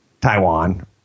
taiwan